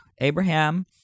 Abraham